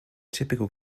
typical